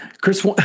Chris